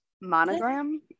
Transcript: monogram